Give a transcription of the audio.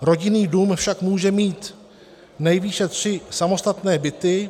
Rodinný dům však může mít nejvýše tři samostatné byty.